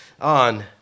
on